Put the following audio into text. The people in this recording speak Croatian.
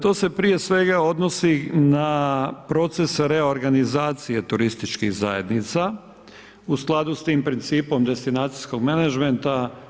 To se prije svega odnosi na proces reorganizacije turističkih zajednica u skladu sa tim principom destinacijskog menadžmenta.